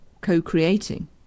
co-creating